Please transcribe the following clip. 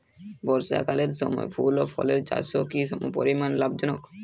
বর্ষাকালের সময় ফুল ও ফলের চাষও কি সমপরিমাণ লাভজনক?